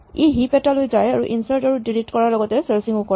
ই heap এটালৈ যায় আৰু ইনচাৰ্ট আৰু ডিলিট কৰাৰ লগতে চাৰ্চিং ও কৰে